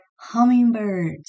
hummingbirds